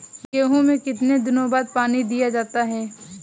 गेहूँ में कितने दिनों बाद पानी दिया जाता है?